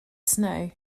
snow